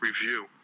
review